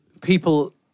people